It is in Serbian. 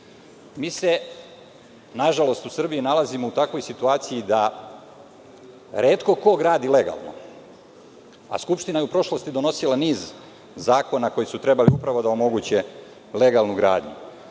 Mi se, nažalost, u Srbiji nalazimo u takvoj situaciji da retko ko gradi legalno, a Skupština je u prošlosti donosila niz zakona koji su trebali upravo da omoguće legalnu gradnju. Podsećam